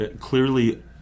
Clearly